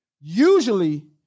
Usually